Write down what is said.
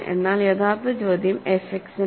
എന്നാൽ യഥാർത്ഥ ചോദ്യം എഫ് എക്സിനാണ്